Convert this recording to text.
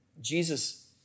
Jesus